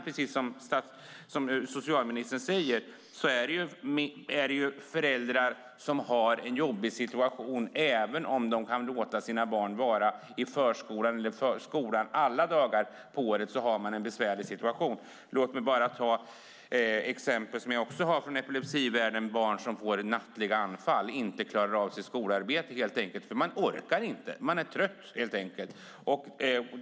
Precis som socialministern säger är detta föräldrar som har en jobbig situation även om de kan låta sina barn vara i förskolan eller skolan alla dagar på året. Låt mig ta ett exempel som jag också har från epilepsivärlden. Det finns barn som får nattliga anfall och inte klarar av sitt skolarbete eftersom de inte orkar. De är helt enkelt trötta.